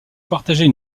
partageait